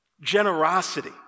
Generosity